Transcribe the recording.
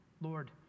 Lord